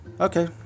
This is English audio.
okay